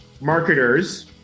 marketers